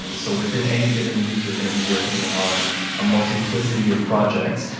um so within any given week, you're gonna be working on a multiplicity of projects.